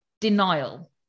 denial